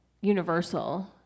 universal